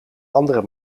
andere